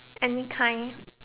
any kind